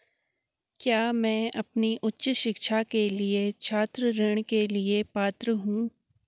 क्या मैं अपनी उच्च शिक्षा के लिए छात्र ऋण के लिए पात्र हूँ?